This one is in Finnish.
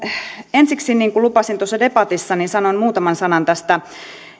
ensiksi niin kuin lupasin tuossa debatissa sanon muutaman sanan tästä